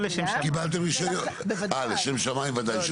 לא לשם שמיים.